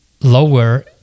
lower